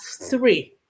three